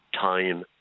time